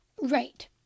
Right